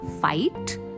fight